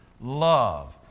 love